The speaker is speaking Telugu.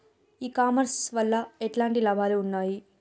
ఈ కామర్స్ వల్ల ఎట్లాంటి లాభాలు ఉన్నాయి?